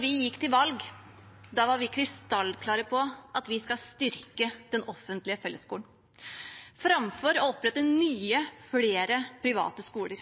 vi gikk til valg, var vi krystallklare på at vi skulle styrke den offentlige fellesskolen framfor å opprette nye og flere private skoler.